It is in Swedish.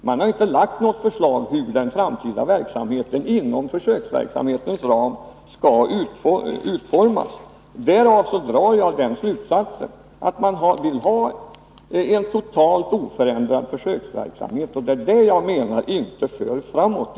Man har inte lagt fram något förslag om hur den framtida verksamheten inom försökslagens ram skall utformas. Därav drar jag slutsatsen att man vill ha en helt oförändrad försöksverksamhet. Det, menar jag, för inte verksamheten framåt.